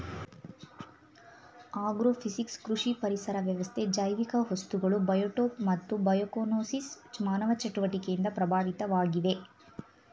agrophysics ಕೃಷಿ ಪರಿಸರ ವ್ಯವಸ್ಥೆ ಜೈವಿಕ ವಸ್ತುಗಳು ಬಯೋಟೋಪ್ ಮತ್ತು ಬಯೋಕೋನೋಸಿಸ್ ಮಾನವ ಚಟುವಟಿಕೆಯಿಂದ ಪ್ರಭಾವಿತವಾಗಿವೆ